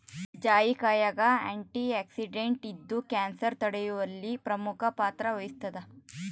ಜಾಯಿಕಾಯಾಗ ಆಂಟಿಆಕ್ಸಿಡೆಂಟ್ ಇದ್ದು ಕ್ಯಾನ್ಸರ್ ತಡೆಯುವಲ್ಲಿ ಪ್ರಮುಖ ಪಾತ್ರ ವಹಿಸುತ್ತದೆ